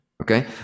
okay